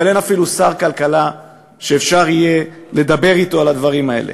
אבל אין אפילו שר כלכלה שאפשר יהיה לדבר אתו על הדברים האלה.